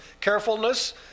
carefulness